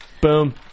Boom